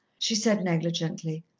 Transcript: she said negligently.